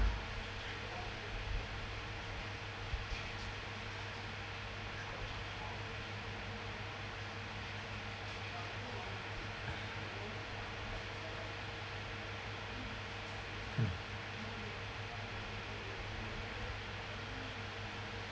hmm